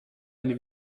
eine